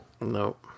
Nope